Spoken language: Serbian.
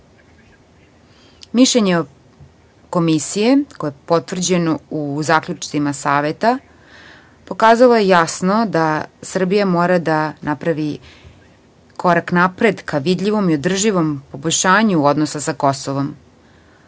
Prištinom. Mišljenje Komisije koje je potvrđeno u zaključcima Saveta je pokazalo jasno da Srbija mora da napravi korak napred ka vidljivom i održivom poboljšanju odnosa sa Kosovom.